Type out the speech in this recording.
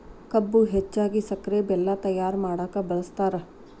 ಕಬ್ಬು ಹೆಚ್ಚಾಗಿ ಸಕ್ರೆ ಬೆಲ್ಲ ತಯ್ಯಾರ ಮಾಡಕ ಬಳ್ಸತಾರ